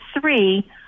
three